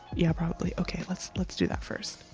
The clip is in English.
yeah, probably. okay, let's let's do that first.